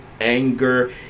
anger